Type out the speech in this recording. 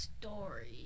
story